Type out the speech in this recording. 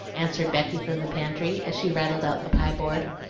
answered becky from the pantry, as she rattled out the pie-board,